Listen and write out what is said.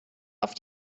auf